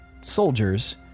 soldiers